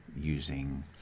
using